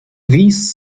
these